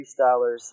freestylers